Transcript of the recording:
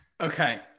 Okay